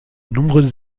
nombreuses